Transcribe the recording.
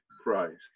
Christ